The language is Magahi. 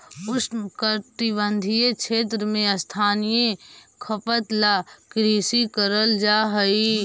उष्णकटिबंधीय क्षेत्र में स्थानीय खपत ला कृषि करल जा हई